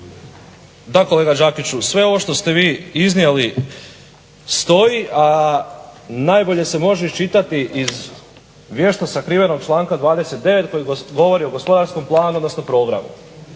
Da kolega Đakiću, sve ovo što ste vi iznijeli stoji a najbolje se može iščitati iz vješto sakrivenog članka 29. Koji govori o gospodarskom planu odnosno programu.